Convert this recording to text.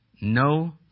No